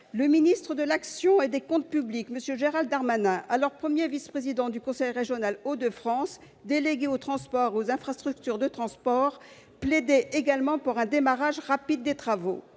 Le ministre de l'action et des comptes publics, Gérald Darmanin, alors premier vice-président du conseil régional Hauts-de-France délégué aux transports et aux infrastructures de transport, plaidait également pour un démarrage rapide des travaux.